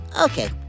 okay